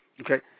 Okay